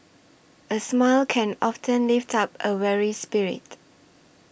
a smile can often lift up a weary spirit